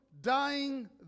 dying